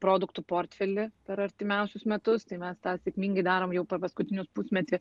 produktų portfelį per artimiausius metus tai mes tą sėkmingai darom jau per paskutinius pusmetį